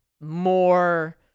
more